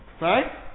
right